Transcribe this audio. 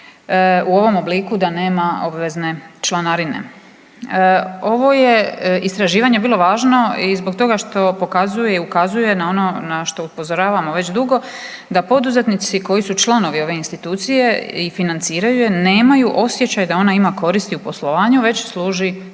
u ovom obliku da nema obvezne članarine. Ovo je istraživanje bilo važno i zbog toga što pokazuje i ukazuje na ono na što upozoravamo već dugo da poduzetnici koji su članovi ove institucije i financiraju je nemaju osjećaj da ona ima koristi u poslovanju već služi